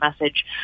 message